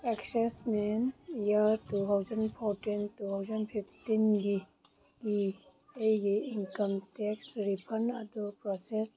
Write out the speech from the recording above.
ꯑꯦꯛꯁꯦꯁꯃꯦꯟ year two thousand fourteen two thousand ꯐꯤꯞꯇꯤꯟꯒꯤ ꯀꯤ ꯑꯩꯒꯤ ꯏꯟꯀꯝ ꯇꯦꯛꯁ ꯔꯤꯐꯟ ꯑꯗꯨ ꯄ꯭ꯔꯣꯁꯦꯁ